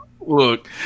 Look